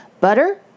Butter